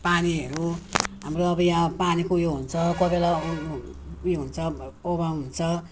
पानीहरू हाम्रो अब यहाँ पानीको उयो हुन्छ कोही बेला उयो हुन्छ अभाव हुन्छ